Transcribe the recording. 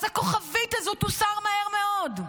הכוכבית הזאת תוסר מהר מאוד.